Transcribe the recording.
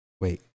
Wait